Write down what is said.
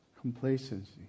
complacency